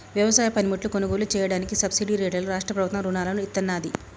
వ్యవసాయ పనిముట్లు కొనుగోలు చెయ్యడానికి సబ్సిడీ రేట్లలో రాష్ట్ర ప్రభుత్వం రుణాలను ఇత్తన్నాది